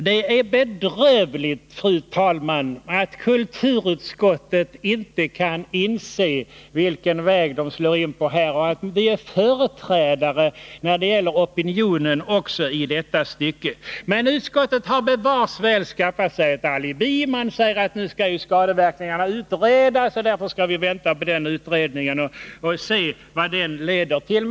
Det är bedrövligt, fru talman, att kulturutskottet inte kan inse vilken väg utskottet slår in på här och att vi är företrädare när det gäller opinionen också i detta stycke. Men utskottet har bevars skaffat sig ett alibi. Utskottet säger att nu skall skadeverkningarna utredas, och därför skall vi vänta och se vad den utredningen leder till.